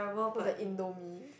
or the Indo-mee